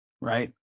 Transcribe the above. right